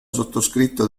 sottoscritto